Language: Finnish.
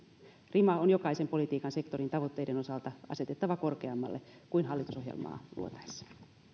rima on jokaisen politiikan sektorin tavoitteiden osalta asetettava korkeammalle kuin hallitusohjelmaa luotaessa